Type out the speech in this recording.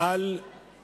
מזה על התנהגות,